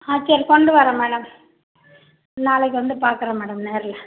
ஆ சரி கொண்டு வரேன் மேடம் நாளைக்கு வந்து பார்க்குறேன் மேடம் நேரில்